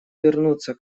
вернуться